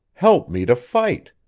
help me to fight!